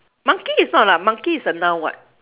monkey is not lah monkey is a noun [what]